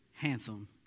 handsome